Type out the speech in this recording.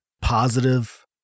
positive